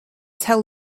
tell